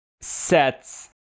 sets